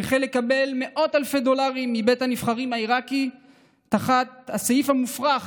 הוא החל לקבל מאות אלפי דולרים מבית הנבחרים העיראקי תחת הסעיף המופרך